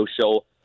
show